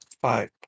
five